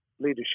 leadership